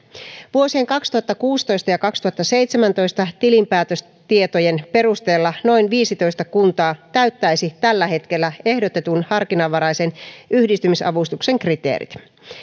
vuosien kaksituhattakuusitoista ja kaksituhattaseitsemäntoista tilinpäätöstietojen perusteella noin viisitoista kuntaa täyttäisi tällä hetkellä ehdotetun harkinnanvaraisen yhdistymisavustuksen kriteerit